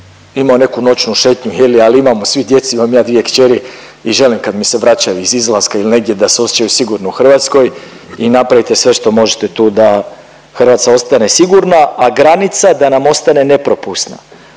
imao neku noćnu šetnju, ali imamo svi djecu, imam i ja dvije kćeri i želim kad mi se vraćaju iz izlaska ili negdje da se osjećaju sigurno u Hrvatskoj i napravite sve što možete tu da Hrvatska ostane sigurna, a granica da nam ostane nepropusna.